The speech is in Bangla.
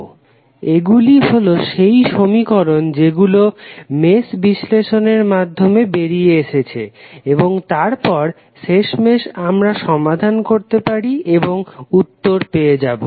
Refer Slide Time 0201 এইগুলি হলো সেই সমীকরণ যেগুলো মেশ বিশ্লেষণের মাধ্যমে বেরিয়ে এসেছে এবং তারপর শেষমেশ আমরা সমাধান করতে পারি এবং উত্তর পেয়ে যাবো